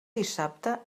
dissabte